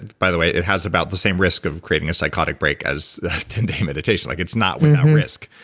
by the way, it has about the same risk of creating a psychotic break as a ten day meditation. like it's not without um risk.